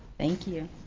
thank you.